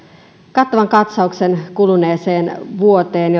kattavan katsauksen kuluneeseen vuoteen